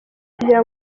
kugira